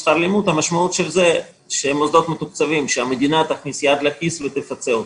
המשמעות של זה שהמדינה תכניס יד לכיס ותפצה אותם.